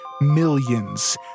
millions